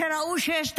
כשראו שיש תהלוכה,